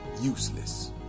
Useless